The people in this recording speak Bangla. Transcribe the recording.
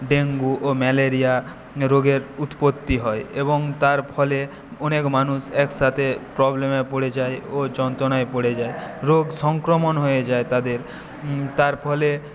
ডেঙ্গু ও ম্যালেরিয়া রোগের উৎপত্তি হয় এবং তার ফলে অনেক মানুষ একসাথে প্রবলেমে পরে যায় ও যন্ত্রনায় পরে যায় রোগ সংক্রমণ হয়ে যায় তাদের তার ফলে